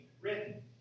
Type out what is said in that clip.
written